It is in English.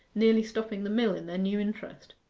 nearly stopping the mill in their new interest.